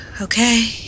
Okay